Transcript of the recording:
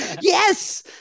Yes